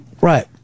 Right